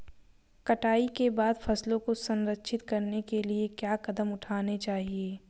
कटाई के बाद फसलों को संरक्षित करने के लिए क्या कदम उठाने चाहिए?